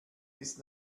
ist